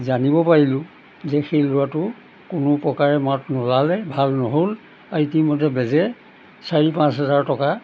জানিব পাৰিলোঁ যে সেই ল'ৰাটো কোনো প্ৰকাৰে মাত নোলালে ভাল নহ'ল আৰু ইতিমধ্যে বেজে চাৰি পাঁচ হাজাৰ টকা